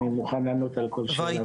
אני מוכן לענות על כל שאלה.